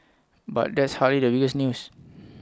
but that's hardly the biggest news